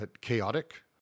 chaotic